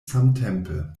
samtempe